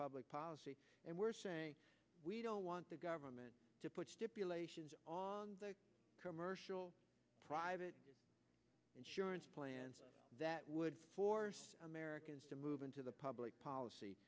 public pot and we're saying we don't want the government to put stipulations commercial private insurance plans that would force americans to move into the public policy